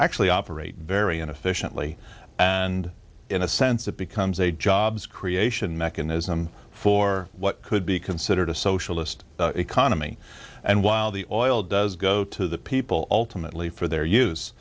actually operate very inefficiently and in a sense it becomes a jobs creation mechanism for what could be considered a socialist economy and while the oil does go to the people ultimately for their use